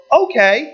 okay